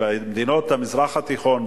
במדינות המזרח התיכון,